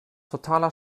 totaler